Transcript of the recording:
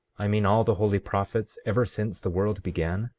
i mean all the holy prophets ever since the world began?